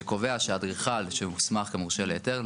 שקובע שאדריכל שהוסמך כמורשה להיתר,